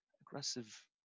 Aggressive